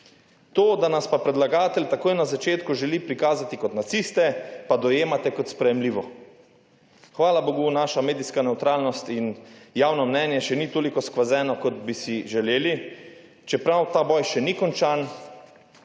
To, da nas pa predlagatelj takoj na začetku želi prikazati kot naciste, pa dojemate kot sprejemljivo. Hvala bogu, naša medijska nevtralnost in javno mnenje še ni toliko skvazeno, kot bi si želeli, čeprav ta boj še ni končan.